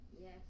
Yes